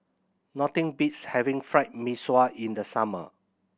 nothing beats having Fried Mee Sua in the summer